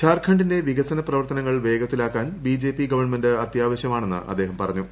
ത്സാർഖണ്ഡിന്റെ വികസന പ്രവർത്തനങ്ങൾ വേഗത്തിലാക്കാൻ ബിജെപി ഗവൺമെന്റ് അത്യാവശ്യമാണെന്ന് അദ്ദേഹം പറഞ്ഞു